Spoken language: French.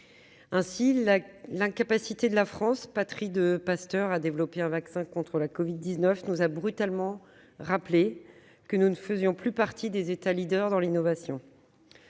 Ainsi, l'incapacité de la France, patrie de Pasteur, à développer un vaccin contre le covid-19 nous a brutalement rappelé que nous ne faisions plus partie des États leaders dans l'innovation.